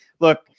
look